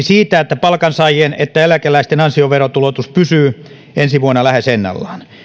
siitä että sekä palkansaajien että eläkeläisten ansiotuloverotus pysyy ensi vuonna lähes ennallaan